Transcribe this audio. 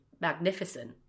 magnificent